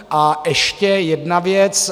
A ještě jedna věc.